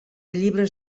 llibres